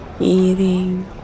eating